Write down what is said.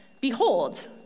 Behold